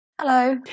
Hello